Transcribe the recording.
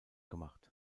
gemacht